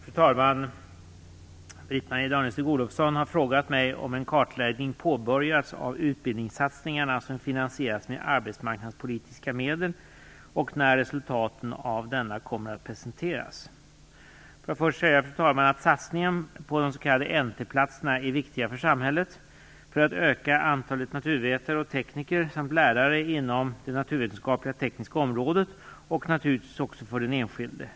Fru talman! Britt-Marie Danestig-Olofsson har frågat mig om en kartläggning påbörjats av utbildningssatsningarna som finansieras med arbetsmarknadspolitiska medel och när resultaten av denna kommer att presenteras. Satsningen på de s.k. NT-platserna är viktiga för samhället för att öka antalet naturvetare och tekniker samt lärare inom det naturvetenskapliga/tekniska området och naturligtvis också för den enskilde.